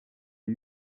ait